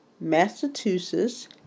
Massachusetts